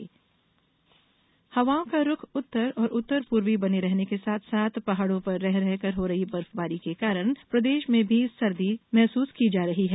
मौसम हवाओं का रुख उत्तर और उत्तर पूर्वी बने रहने के साथ साथ पहाड़ों पर रह रहकर हो रही बर्फबारी के कारण प्रदेश में भी सर्दी महसूस की जा रही है